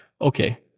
okay